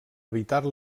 evitar